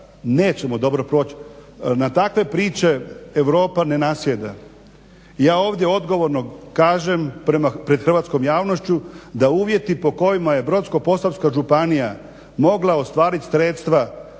nećemo dobro proći. Na takve priče Europa ne nasjeda. Ja ovdje odgovorno kažem pred hrvatskom javnošću da uvjeti po kojima je Brodsko-posavska županija mogla ostvariti sredstva